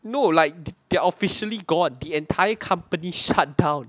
no like they're officially gone the entire company shut down